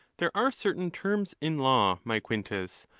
there are certain terms in law, my quintus,